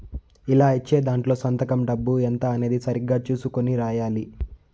ఇలా ఇచ్చే దాంట్లో సంతకం డబ్బు ఎంత అనేది సరిగ్గా చుసుకొని రాయాలి